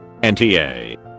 NTA